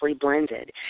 blended